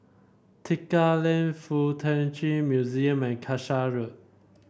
Tekka Lane FuK Ta Chi Museum and Casha Road